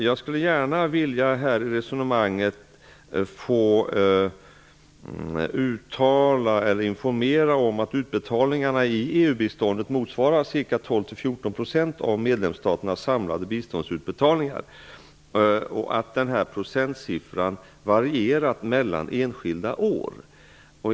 Jag vill i detta sammanhang informera om att utbetalningarna i EU-biståndet motsvarar ca 12--14 % av medlemsstaternas samlade biståndsutbetalningar och att denna procentsiffra varierat mellan enskilda år.